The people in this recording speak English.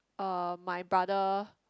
uh my brother